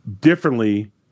differently –